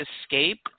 escape